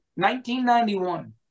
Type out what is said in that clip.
1991